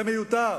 זה מיותר.